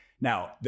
Now